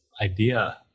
idea